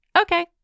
Okay